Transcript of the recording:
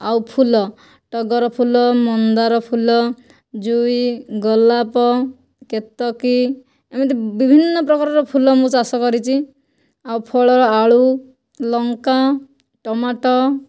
ଆଉ ଫୁଲ ଟଗର ଫୁଲ ମନ୍ଦାର ଫୁଲ ଜୁଇ ଗୋଲାପ କେତକୀ ଏମିତି ବିଭିନ୍ନ ପ୍ରକାରର ଫୁଲ ମୁଁ ଚାଷ କରିଛି ଆଉ ଫଳ ଆଳୁ ଲଙ୍କା ଟମାଟୋ